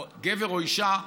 גבר או אישה,